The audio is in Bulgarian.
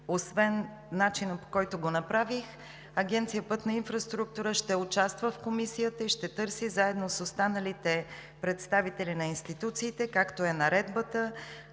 освен с начина, по който го направих. Агенция „Пътна инфраструктура“ ще участва в комисията и ще търси заедно с останалите представители на институциите, както е в наредбата